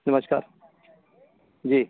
नमस्कार जी